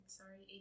sorry